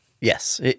Yes